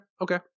Okay